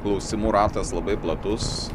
klausimų ratas labai platus